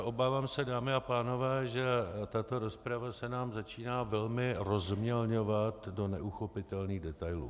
Obávám se, dámy a pánové, že tato rozprava se nám začíná velmi rozmělňovat do neuchopitelných detailů.